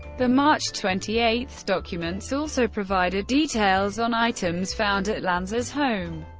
the march twenty eight documents also provided details on items found at lanza's home,